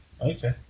Okay